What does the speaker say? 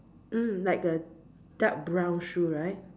mm like a dark brown shoe right